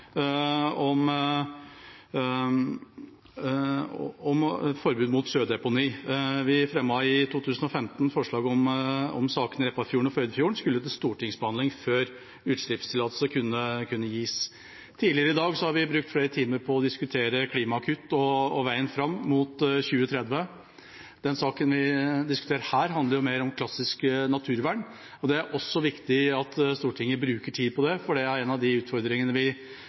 om et forbud mot sjødeponi. Vi fremmet i 2015 forslag om at sakene om Repparfjorden og Førdefjorden skulle til stortingsbehandling før utslippstillatelse kunne gis. Tidligere i dag har vi brukt flere timer på å diskutere klimakutt og veien fram mot 2030. Den saken vi diskuterer her, handler mer om klassisk naturvern, og det er viktig at Stortinget bruker tid på det, fordi tap av natur og tap av naturmangfold er også en av de utfordringene vi